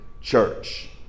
church